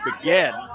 again